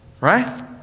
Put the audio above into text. Right